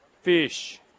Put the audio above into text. fish